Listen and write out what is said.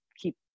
keep